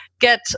get